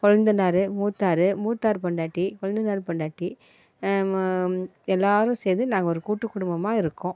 கொழுந்தனார் மூத்தார் மூத்தார் பொண்டாட்டி கொழுந்தனார் பொண்டாட்டி எல்லோரும் சேர்ந்து நாங்கள் ஒரு கூட்டு குடும்பமாக இருக்கோம்